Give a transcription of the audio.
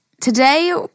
Today